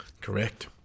Correct